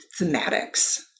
thematics